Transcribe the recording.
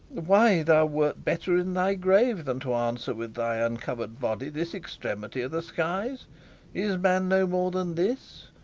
why, thou wert better in thy grave than to answer with thy uncovered body this extremity of the skies is man no more than this?